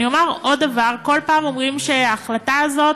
אני אומר עוד דבר, כל פעם אומרים שההחלטה הזאת